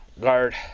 guard